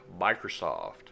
Microsoft